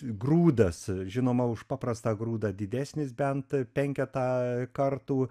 grūdas žinoma už paprastą grūdą didesnis bent penketą kartų